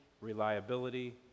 reliability